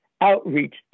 outreach